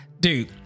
dude